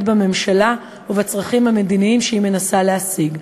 בממשלה ובצרכים המדיניים שהיא מנסה להשיג.